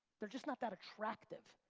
they're just not that attractive,